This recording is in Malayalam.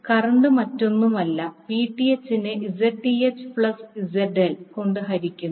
കറന്റ് മറ്റൊന്നുമല്ല Vth നെ Zth ZL കൊണ്ട് ഹരിക്കുന്നു